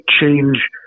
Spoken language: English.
change